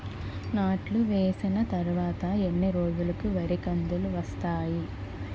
నాట్లు వేసిన తర్వాత ఎన్ని రోజులకు వరి కంకులు వస్తాయి?